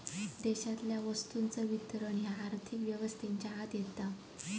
देशातल्या वस्तूंचा वितरण ह्या आर्थिक व्यवस्थेच्या आत येता